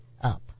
up